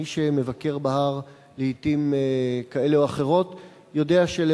מי שמבקר בהר לעתים כאלה או אחרות יודע שיותר